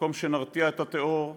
במקום שנרתיע את הטרור,